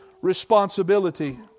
responsibility